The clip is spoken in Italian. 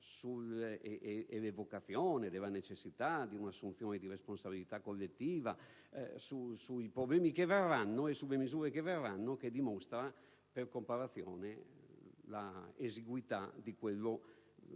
e l'evocazione della necessità di un'assunzione di responsabilità collettiva sui problemi e sulle misure che verranno che dimostra, per comparazione, l'esiguità di quello di